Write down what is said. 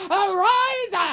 arise